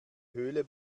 höhle